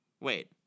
Wait